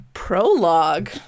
prologue